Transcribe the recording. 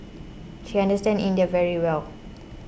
she understand India very well